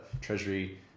Treasury